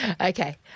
Okay